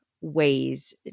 Ways